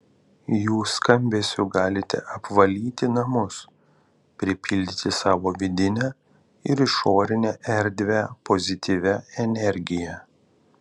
jų skambesiu galite apvalyti namus pripildyti savo vidinę ir išorinę erdvę pozityvia energija